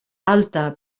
alta